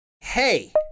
Hey